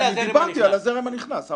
דיברתי על הזרם הנכנס.